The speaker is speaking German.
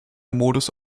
modus